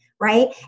right